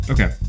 Okay